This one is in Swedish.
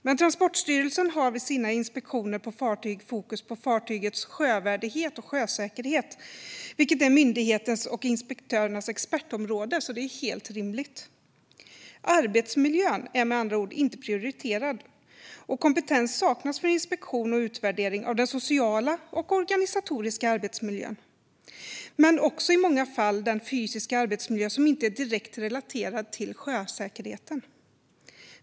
Men Transportstyrelsen har vid sina inspektioner på fartyg fokus på fartygets sjövärdighet och sjösäkerhet. Det är myndighetens och inspektörernas expertområde, så det är helt rimligt. Arbetsmiljön är med andra ord inte prioriterad. Kompetens saknas för inspektion och utvärdering av den sociala och organisatoriska arbetsmiljön. Det gäller också i många fall den fysiska arbetsmiljö som inte är direkt relaterad till sjösäkerheten.